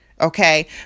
Okay